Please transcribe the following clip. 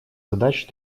задач